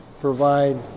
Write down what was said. provide